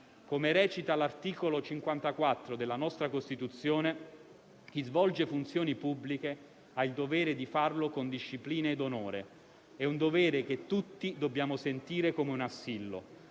Come recita l'articolo 54 della nostra Costituzione, chi svolge funzioni pubbliche ha il dovere di farlo «con disciplina ed onore». È un dovere che tutti dobbiamo sentire come un assillo.